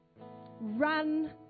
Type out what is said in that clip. Run